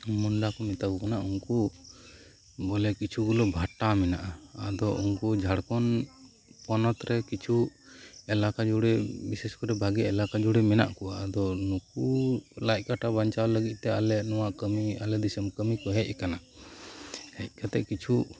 ᱢᱩᱱᱰᱟᱹ ᱠᱚ ᱢᱮᱛᱟ ᱠᱚ ᱠᱟᱱᱟ ᱩᱱᱠᱩ ᱵᱚᱞᱮ ᱠᱤᱪᱷᱩ ᱜᱩᱞᱳ ᱵᱷᱟᱴᱟ ᱢᱮᱱᱟᱜᱼᱟ ᱟᱫᱚ ᱩᱱᱠᱩ ᱡᱷᱟᱲᱠᱷᱚᱰ ᱯᱚᱱᱚᱛ ᱨᱮ ᱠᱤᱪᱷᱩ ᱮᱞᱟᱠᱟ ᱡᱩᱲᱮ ᱵᱤᱥᱮᱮ ᱠᱚᱨᱮ ᱵᱷᱟᱜᱮ ᱮᱞᱮᱠᱟ ᱡᱩᱲᱮ ᱢᱮᱱᱟᱜ ᱠᱚᱣᱟ ᱟᱫᱚ ᱱᱩᱠᱩ ᱞᱟᱡ ᱠᱟᱴᱟ ᱵᱟᱧᱪᱟᱣ ᱞᱟᱹᱜᱤᱫ ᱛᱮ ᱟᱞᱮ ᱱᱚᱶᱟ ᱠᱟᱹᱢᱤ ᱟᱞᱮ ᱫᱤᱥᱚᱢ ᱠᱟᱹᱢᱤ ᱠᱚ ᱦᱮᱡ ᱟᱠᱟᱱᱟ ᱦᱮᱡ ᱠᱟᱛᱮ ᱠᱤᱪᱷᱩ